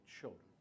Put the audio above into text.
children